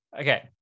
Okay